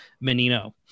Menino